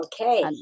Okay